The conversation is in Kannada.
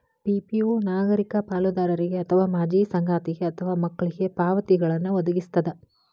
ಪಿ.ಪಿ.ಓ ನಾಗರಿಕ ಪಾಲುದಾರರಿಗೆ ಅಥವಾ ಮಾಜಿ ಸಂಗಾತಿಗೆ ಅಥವಾ ಮಕ್ಳಿಗೆ ಪಾವತಿಗಳ್ನ್ ವದಗಿಸ್ತದ